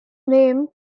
name